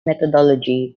methodology